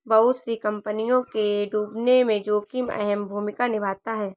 बहुत सी कम्पनियों के डूबने में जोखिम अहम भूमिका निभाता है